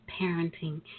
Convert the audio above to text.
parenting